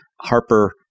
Harper